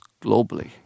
globally